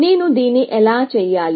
నేను దీన్ని ఎలా చేయాలి